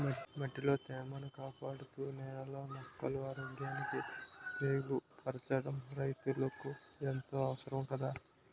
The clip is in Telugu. మట్టిలో తేమను కాపాడుతూ, నేలలో మొక్కల ఆరోగ్యాన్ని మెరుగుపరచడం రైతులకు ఎంతో అవసరం కదా